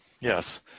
Yes